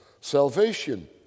Salvation